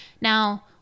Now